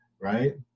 right